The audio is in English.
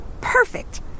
Perfect